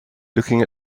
looking